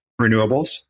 renewables